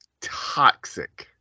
toxic